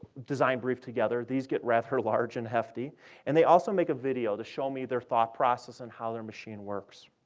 design brief together these get rather large and hefty and they also make a video to show me their thought process and how their machine works.